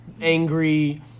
Angry